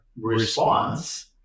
response